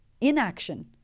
inaction